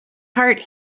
heart